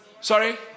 Sorry